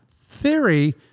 theory